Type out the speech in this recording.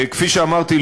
כפי שאמרתי,